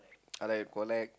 I like collect